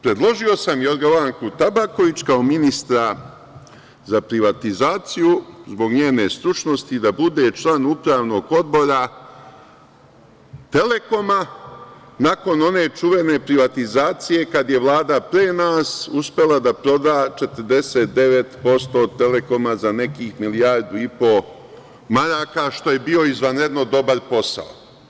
Predložio sam Jorgovanku Tabaković kao ministra za privatizaciju, zbog njene stručnosti, da bude član upravnog odbora „Telekoma“, nakon one čuvene privatizacije, kada je Vlada pre nas uspela da proda 49% od „Telekoma“ za nekih milijardu i po maraka, što je bio izvanredno dobar posao.